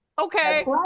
Okay